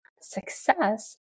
Success